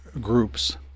groups